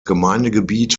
gemeindegebiet